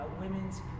women's